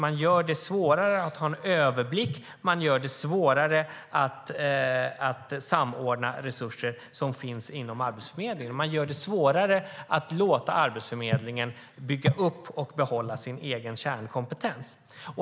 Man gör det svårare att ha en överblick, man gör det svårare att samordna resurser som finns inom Arbetsförmedlingen och man gör det svårare att låta Arbetsförmedlingen bygga upp och behålla sin egen kärnkompetens.